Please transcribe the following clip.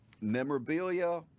memorabilia